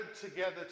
together